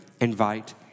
invite